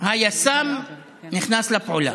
היס"מ נכנס לפעולה.